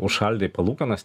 užšaldė palūkanas